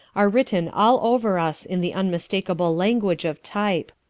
are written all over us in the unmistakable language of type.